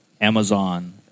Amazon